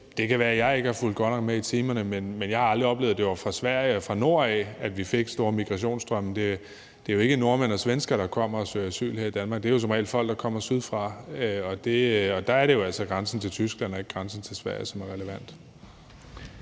det kan være, at jeg ikke har fulgt godt med i timerne, men jeg har aldrig oplevet, at det var fra Sverige og nordfra, vi fik store migrationsstrømme. Det er jo ikke nordmænd og svenskere, der kommer og søger asyl her i Danmark, men det er som regel folk, der kommer sydfra, og der er det altså grænsen til Tyskland og ikke grænsen til Sverige, som er relevant.